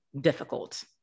difficult